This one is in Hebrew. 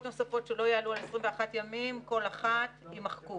נוספות שלא יעלו על 21 ימים כל אחת" יימחקו.